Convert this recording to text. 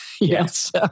Yes